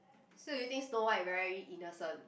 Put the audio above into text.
so you think snow-white very innocent